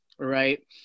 right